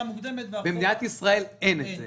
במדינת ישראל אין את זה.